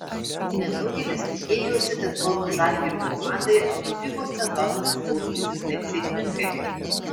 nedaugelis tikėjosi kad kauno žalgirio komandai eurolygos sezonas klostysis taip sėkmingai